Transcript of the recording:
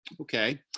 Okay